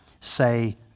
say